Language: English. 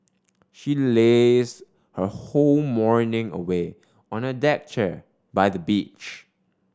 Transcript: she lazed her whole morning away on a deck chair by the beach